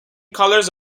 colours